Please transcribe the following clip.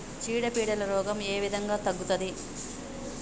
చీడ పీడల రోగం ఏ విధంగా తగ్గుద్ది?